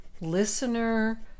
listener